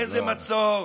איזה מצור?